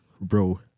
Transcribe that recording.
Bro